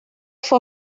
fue